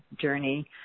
journey